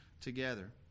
together